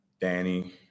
Danny